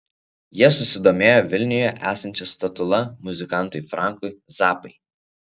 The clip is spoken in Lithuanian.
jie susidomėjo vilniuje esančia statula muzikantui frankui zappai